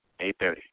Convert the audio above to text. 8.30